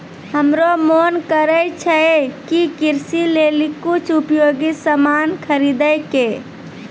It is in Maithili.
हमरो मोन करै छै कि कृषि लेली कुछ उपयोगी सामान खरीदै कै